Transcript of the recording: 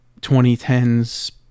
2010s